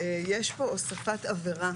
יש פה הוספת עבירה,